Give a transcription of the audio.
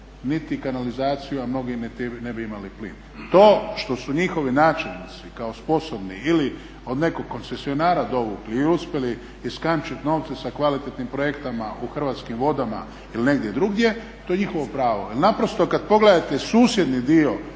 niti kanalizaciju, a mnogi niti ne bi imali plin. To što su njihovi načelnici kao sposobni ili od nekog koncesionara dovukli ili uspjeli iskamčiti novce s kvalitetnim projektima u Hrvatskim vodama ili negdje drugdje to je njihovo pravo jer kada pogledate susjedni dio